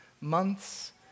months